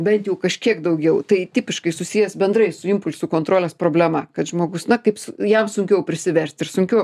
bent jau kažkiek daugiau tai tipiškai susijęs bendrai su impulsų kontrolės problema kad žmogus na kaip jam sunkiau prisiverst ir sunkiau